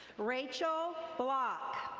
rachel block.